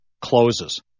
closes